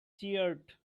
cheered